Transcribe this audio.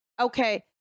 Okay